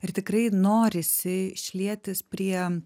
ir tikrai norisi šlietis prie